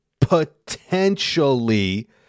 potentially